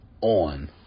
on